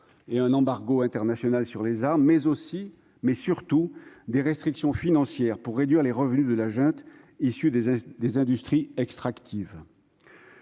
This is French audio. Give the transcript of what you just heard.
et un embargo international sur les armes, mais surtout des restrictions financières pour réduire les revenus de la junte issus des industries extractives.